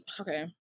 okay